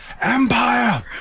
Empire